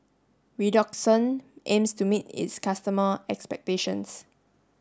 Redoxon aims to meet its customer' expectations